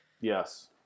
yes